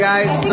Guys